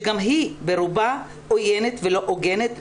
שגם היא ברובה עוינת ולא הוגנת,